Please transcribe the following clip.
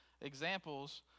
Examples